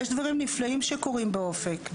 יש דברים נפלאים שקורים באופק.